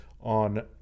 on